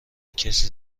کسی